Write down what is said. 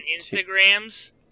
Instagrams